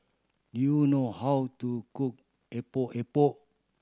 do you know how to cook Epok Epok